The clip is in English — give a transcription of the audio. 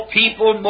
people